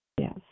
Yes